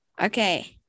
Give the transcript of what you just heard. Okay